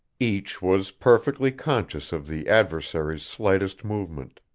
each was perfectly conscious of the adversary's slightest movement.